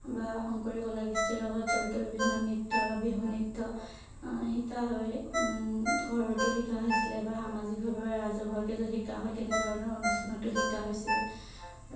বা শংকৰী কলা কৃষ্টিৰ লগত জড়িত বিভিন্ন নৃত্য বা বিহু নৃত্য শিকা হয় ঘৰতো শিকা হৈছিলে বা সামাজিকভাৱেও ৰাজহুৱাকে য'ত শিকা হয় তেনেধৰণৰ অনুষ্ঠানতো শিকা হৈছিলে